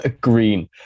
green